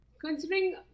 considering